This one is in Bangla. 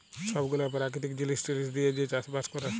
ছব গুলা পেরাকিতিক জিলিস টিলিস দিঁয়ে যে চাষ বাস ক্যরে